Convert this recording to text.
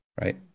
right